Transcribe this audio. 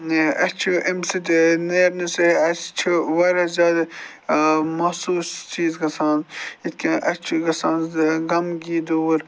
أسۍ چھِ اَمہِ سۭتۍ نٮ۪رنہٕ سۭتۍ اَسہِ چھِ واریاہ زیادٕ محسوٗس چیٖز گژھان یِتھ کٔنۍ اَسہِ چھِ گژھان غَمگی دوٗر